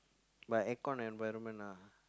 but aircon environment ah